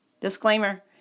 Disclaimer